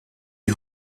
die